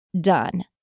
done